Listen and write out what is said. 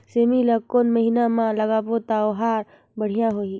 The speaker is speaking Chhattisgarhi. सेमी ला कोन महीना मा लगाबो ता ओहार बढ़िया होही?